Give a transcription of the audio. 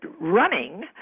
running